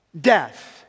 Death